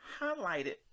highlighted